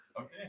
okay